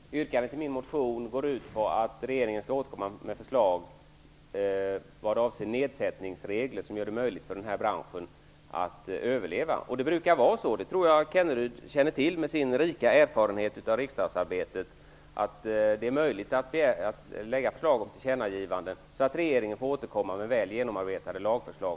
Fru talman! Yrkandet i min motion går ut på att regeringen skall återkomma med förslag vad avser nedsättningsregler som gör det möjligt för branschen att överleva. Det brukar vara så - och det tror jag att Rolf Kenneryd med sin rika erfarenhet av riksdagsarbetet känner till - att det är möjligt att lägga fram förslag och tillkännagivanden med angivande av inriktningen så att regeringen får återkomma med väl genomarbetade lagförslag.